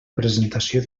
presentació